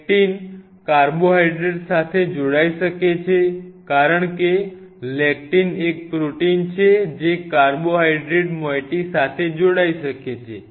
lectin carbohydrate સાથે જોડાઈ શકે છે કારણ કે લેક્ટીન એક પ્રોટીન છે જે કાર્બોહાઈડ્રેટ મોઈટી સાથે જોડાઈ શકે છે